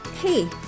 Hey